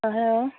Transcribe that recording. hello